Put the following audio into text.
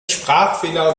sprachfehler